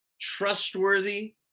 trustworthy